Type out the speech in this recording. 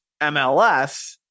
MLS